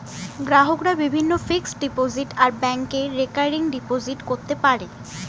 গ্রাহকরা বিভিন্ন fixed deposit আর ব্যাংকে রেকারিং ডিপোজিট করতে পারে